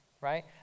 right